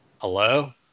Hello